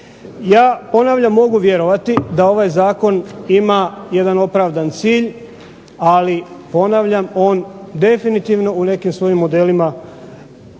Ja ponavljam mogu vjerovati da ovaj Zakon ima jedan opravdan cilj ali ponavljam on definitivno u nekim svojim modelima